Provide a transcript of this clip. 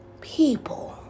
people